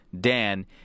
Dan